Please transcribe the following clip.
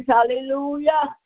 Hallelujah